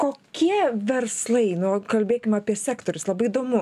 kokie verslai nu kalbėkim apie sektorius labai įdomu